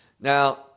now